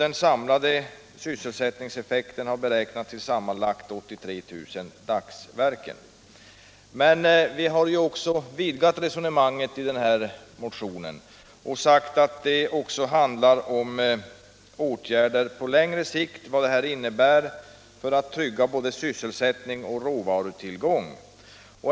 Den samlade sysselsättningseffekten har beräknats till sammanlagt 83 000 dagsverken. Men vi har i vår motion vidgat resonemanget och sagt att det även handlar om åtgärder på längre sikt för att trygga både sysselsättning och råvarutillgång.